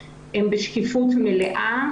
הן בשקיפות מלאה,